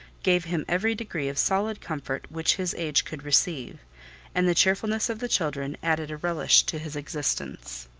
gave him every degree of solid comfort which his age could receive and the cheerfulness of the children added a relish to his existence.